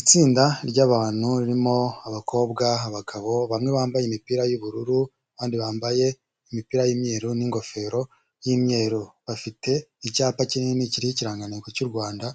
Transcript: Itsinda ry'abantu ririmo abakobwa, abagabo bamwe bambaye imipira y'ubururu abandi bambaye imipira y'imyeru n'ingofero y'imyeru. Bafite icyapa kinini kiriho ikirangantego cy'u Rwanda